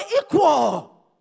equal